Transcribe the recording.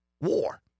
war